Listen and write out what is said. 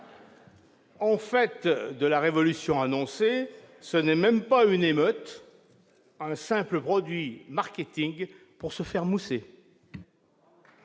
En fait de révolution annoncée, ce n'est même pas une émeute, c'est un simple produit marketing, lancé pour se faire mousser